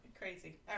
Crazy